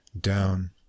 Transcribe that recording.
down